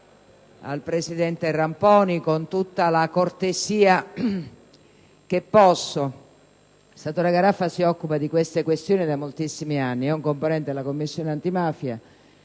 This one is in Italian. al presidente Ramponi, con tutta la cortesia che posso - che il senatore Garraffa si occupa di tali questioni da moltissimi anni: è un componente della Commissione antimafia,